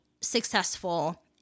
successful